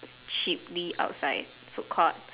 cheaply outside food court